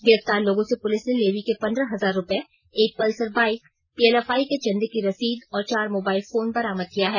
गिरफ्तार लोगों से पुलिस ने लेवी के पन्द्रह हजार रूपये एक पल्सर बाईक पीएलएफआइ के चंदे की रसीद और चार मोबाईल फोन बरामद किया है